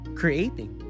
creating